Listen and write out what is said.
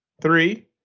three